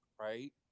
right